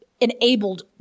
enabled